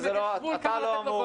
אבל אתה לא אמור